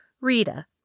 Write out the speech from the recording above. Rita